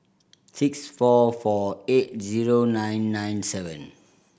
six four four eight zero nine nine seven